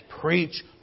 preach